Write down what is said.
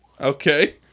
okay